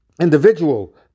individual